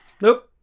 nope